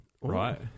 right